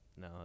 No